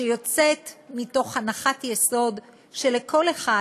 שיוצאת מהנחת יסוד שלכל אחד,